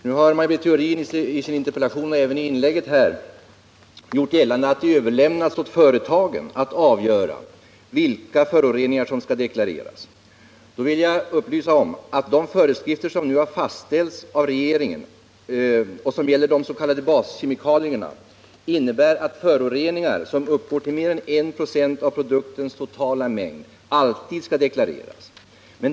Nu har Maj Britt Theorin i sin interpellation och även i sitt inlägg här gjort gällande att det överlämnas åt företagen att avgöra vilka föroreningar som deklareras. Jag vill upplysa om att föreskrifter som nu har fastställts av regeringen och som gäller de s.k. baskemikalierna innebär att föroreningar som uppgår till mer än 196 av produktens totala mängd alltid skall deklarareras.